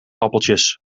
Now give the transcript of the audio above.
appeltjes